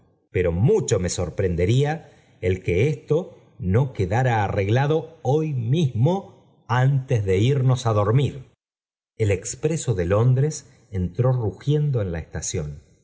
mu cho nie sorprendería el que esto no domtr an eglado h y mismo antes de irnos á el expreso de londres entró rugiendo en la estación